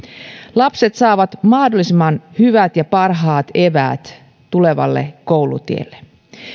lapset saavat mahdollisimman hyvät ja parhaat eväät tulevalle koulutielle